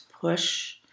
push